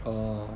orh